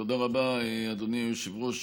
תודה רבה, אדוני היושב-ראש.